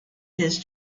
his